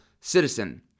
citizen